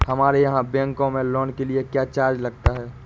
हमारे यहाँ बैंकों में लोन के लिए क्या चार्ज लगता है?